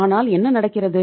ஆனால் என்ன நடக்கிறது